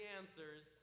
answers